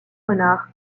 renard